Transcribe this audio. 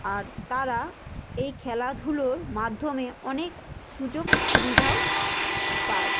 আর তারা এই খেলাধুলোর মাধ্যমে অনেক সুযোগ সুবিধাও পায়